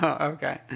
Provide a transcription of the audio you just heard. Okay